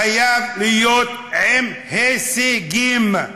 חייב להיות עם הישגים.